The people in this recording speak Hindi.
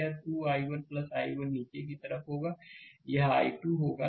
यह 2 i1 i1 नीचे की तरफ होगा यह i2 होगा